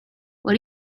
what